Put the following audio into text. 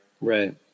Right